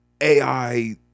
AI